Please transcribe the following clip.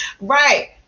Right